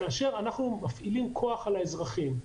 כאשר אנחנו מפעילים כוח עם האזרחים,